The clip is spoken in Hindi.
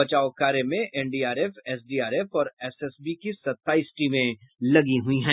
बचाव कार्यो में एनडीआरएफ एसडीआरएफ और एसएसबी की सताईस टीमें लगी हुई हैं